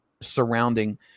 surrounding